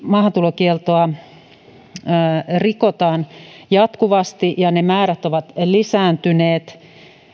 maahantulokieltoa tosiaankin rikotaan jatkuvasti ja ne määrät ovat lisääntyneet